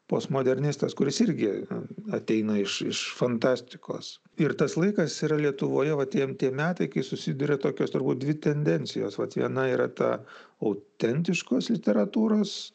postmodernistas kuris irgi ateina iš iš fantastikos ir tas laikas yra lietuvoje va tie tie metai kai susiduria tokios turbūt dvi tendencijos vat viena yra ta autentiškos literatūros